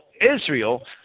Israel